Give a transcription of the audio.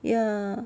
ya